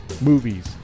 movies